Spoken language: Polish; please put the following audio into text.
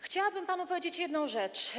Chciałabym panu powiedzieć jedną rzecz.